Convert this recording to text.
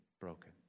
broken